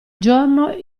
giorno